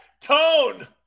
Tone